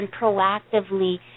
proactively